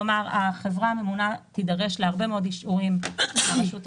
כלומר החברה הממונה תידרש להרבה מאוד אישורים מן הרשות המקומית.